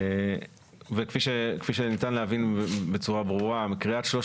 וכפי שניתן להבין בצורה ברורה מקריאת שלוש